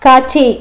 காட்சி